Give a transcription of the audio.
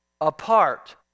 apart